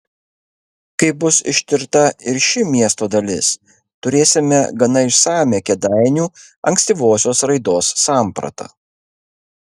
kai bus ištirta ir ši miesto dalis turėsime gana išsamią kėdainių ankstyvosios raidos sampratą